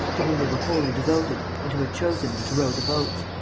to whom they were wholly devoted and who had chosen them to row the boats.